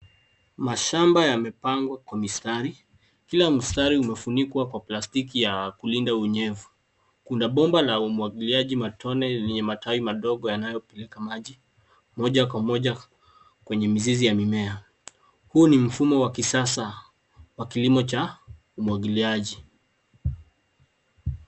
Mashamba yamepangwa kwa mistari kila mstari umefunikwa kwa plastiki ya kulinda unyevu, kuna bomba la umwagiliaji matone yenye matawi madogo yanayo peleka maji moja kwa moja kwenye mizizi ya mimea. Huu ni mfumo wa kisasa wa kilimo cha umwagiliaji.